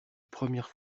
première